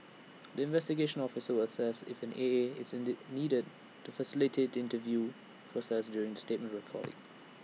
the investigation officer will assess if an A A is that needed to facilitate the interview process during statement recording